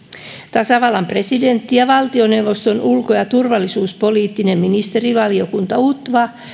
tasavallan presidentti ja valtioneuvoston ulko ja turvallisuuspoliittinen ministerivaliokunta utva